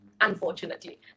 unfortunately